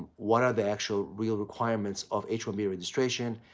what are the actual real requirements of h one b registration,